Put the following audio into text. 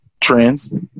Trends